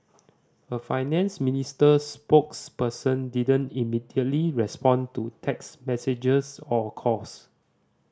a finance ministry spokesperson didn't immediately respond to text messages or calls